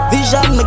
Vision